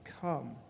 come